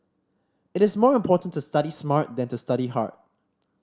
it is more important to study smart than to study hard